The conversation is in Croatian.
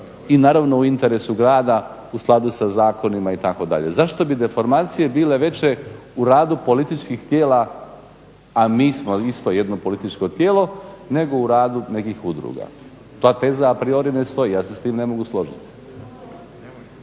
i naravno u interesu grada u skladu sa zakonima itd. Zašto bi deformacije bile veće u radu političkih tijela a mi smo isto političko tijelo nego u radu nekih udruga. Ta teza apropos ne stoji. Ja se s tim ne mogu složiti.